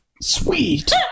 Sweet